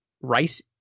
Rice